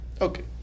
Okay